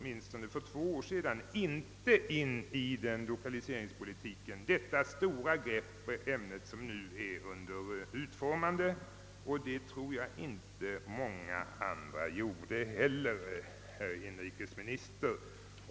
Men för två år sedan lade jag inte i lokaliseringspolitiken in det stora grepp på ämnet som nu är under utformning; och det tror jag inte heller att många andra gjorde, herr inrikesminister.